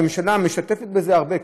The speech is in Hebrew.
הממשלה משתתפת בזה בהרבה כסף,